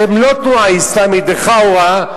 שהם לא התנועה האסלאמית בחאווה,